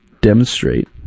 demonstrate